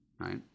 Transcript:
right